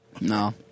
No